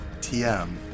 TM